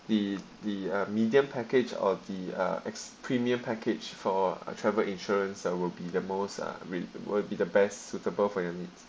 the the uh medium package or the uh ex~ premium package for uh travel insurance uh will be the most uh re~ will be the best suitable for your needs